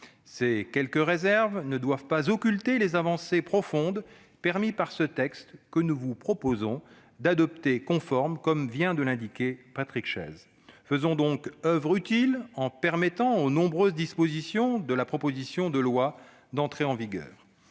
Ces quelques réserves ne doivent pas occulter les avancées profondes permises par ce texte, que nous vous proposons d'adopter conforme. Faisons oeuvre utile en permettant aux nombreuses dispositions de la proposition de loi d'entrer en vigueur